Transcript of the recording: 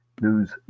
news